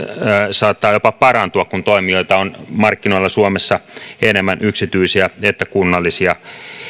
saattaa jopa parantua kun toimijoita on markkinoilla suomessa enemmän sekä yksityisiä että kunnallisia